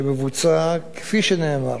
שמבוצע, כפי שנאמר,